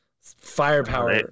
firepower